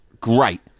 great